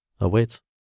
awaits